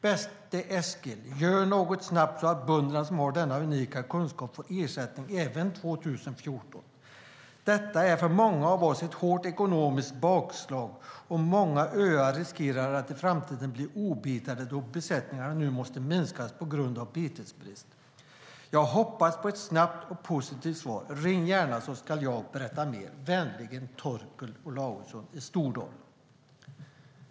Bäste Eskil, gör något snabbt så att bönderna som har denna unika kunskap får ersättning även 2014. Detta är för många av oss ett hårt ekonomiskt bakslag, och många öar riskerar att i framtiden bli obetade då besättningarna nu måste minskas på grund av betesbrist. Jag hoppas på ett snabbt och positivt svar. Ring gärna så skall så ska jag berätta mer. Vänligen Torkel Olausson i Stordal.